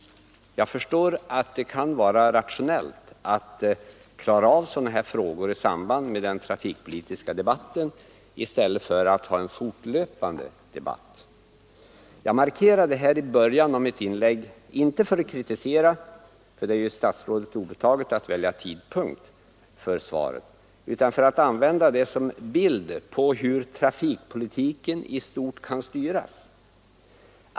Jag förstår att det kan vara rationellt att klara av sådana här frågor i samband med den trafikpolitiska debatten i stället för att ha en fortlöpande debatt. Jag markerar det här i början av mitt inlägg, inte för att kritisera — det är statsrådet obetaget att välja tidpunkt för svaret — utan för att med det visa en bild av hur trafikpolitiken i stort kan styras.